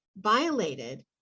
violated